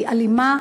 היא אלימה.